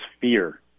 fear